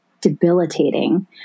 debilitating